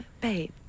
Babe